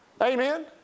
Amen